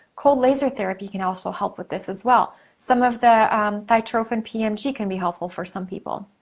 cold laser therapy can also help with this as well. some of the thytrophin pmg can be helpful for some people.